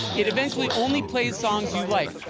it eventually only plays songs you like.